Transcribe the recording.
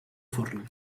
forn